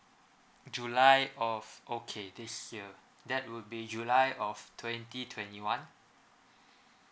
july of okay this year that would be july of twenty twenty one